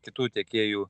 kitų tiekėjų